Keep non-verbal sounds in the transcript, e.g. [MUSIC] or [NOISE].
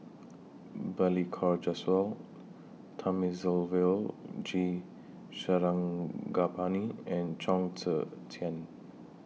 [NOISE] Balli Kaur Jaswal Thamizhavel G Sarangapani and Chong Tze Chien